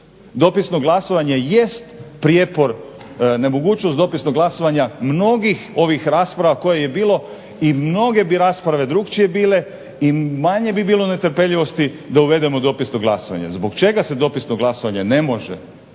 Dopisno glasovanje jest prijepor, nemogućnost dopisnog glasovanja mnogih ovih rasprava kojih je bilo i mnoge bi rasprave drukčije bile i manje bi bilo netrpeljivosti da uvedemo dopisno glasovanje. Zbog čega se dopisno glasovanje ne može